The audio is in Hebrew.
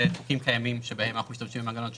קיימים שבהם אנחנו משתמשים במנגנון של